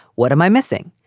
what am i missing?